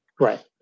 Right